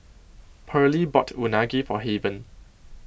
Pearly bought Unagi For Haven